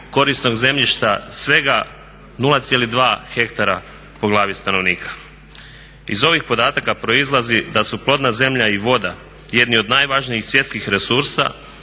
korisnog zemljišta svega 0,2 hektara po glavni stanovnika. Iz ovih podataka proizlazi da su plodna zemlja i voda jedni od najvažnijih svjetskih resursa